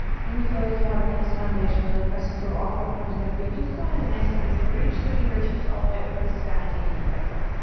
when you feel like you have a nice foundation, really pressing through all four corners of the feet, just go ahead and, nice and easy, reach the fingertips all the way up toward the sky and take a deep breath in.